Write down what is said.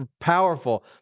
powerful